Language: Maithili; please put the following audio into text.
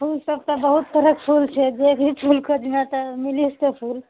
फूल सब तऽ बहुत तरहके फूल छै जेभी फूल खोजमे तऽ मिलिए जेतए फूल